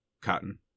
Cotton